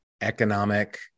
economic